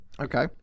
Okay